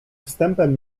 wstępem